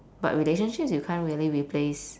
but relationships you can't really replace